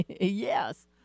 yes